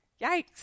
Yikes